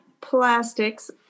plastics